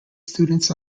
students